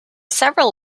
several